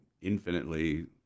infinitely